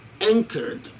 anchored